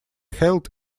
held